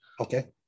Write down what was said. Okay